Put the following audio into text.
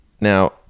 Now